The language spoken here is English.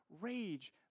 rage